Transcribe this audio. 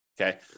Okay